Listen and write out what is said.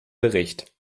bericht